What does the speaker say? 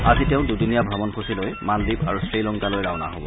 আজি তেওঁ দুদিনীয়া ভ্ৰমণসূচীলৈ মালদ্বীপ আৰু শ্ৰীলংকালৈ ৰাওনা হ'ব